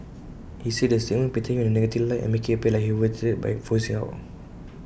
he said the statement painted him in A negative light and make IT appear like he overreacted by voicing out